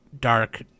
Dark